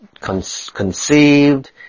conceived